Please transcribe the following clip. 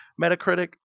metacritic